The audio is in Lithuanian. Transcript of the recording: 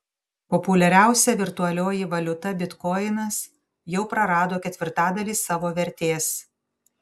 populiariausia virtualioji valiuta bitkoinas jau prarado ketvirtadalį savo vertės